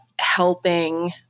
helping